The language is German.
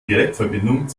direktverbindung